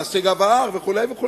נעשה גב ההר, וכו' וכו'.